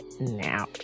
now